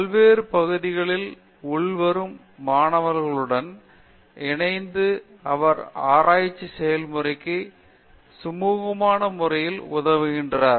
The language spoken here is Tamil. பல்வேறு பகுதிகளில் உள்வரும் மாணவர்களுடன் இணைந்து அவர் ஆராய்ச்சி செயல்முறைக்கு சுமூகமான முறையில் உதவுகிறார்